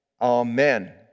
amen